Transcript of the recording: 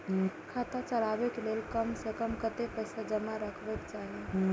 खाता चलावै कै लैल कम से कम कतेक पैसा जमा रखवा चाहि